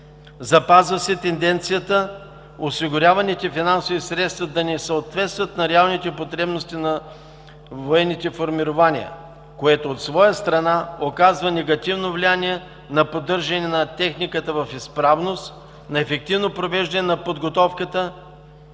Запазва се тенденцията осигуряваните финансови средства да не съответстват на реалните потребности на военните формирования, което от своя страна оказва негативно влияние на поддържане на техниката в изправност, на ефективно провеждане на подготовката.